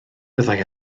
byddai